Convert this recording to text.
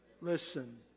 listen